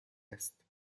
است